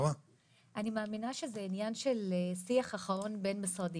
אני מאמינה שזה עניין של שיח אחרון בין המשרדים,